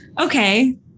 okay